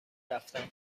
رفتم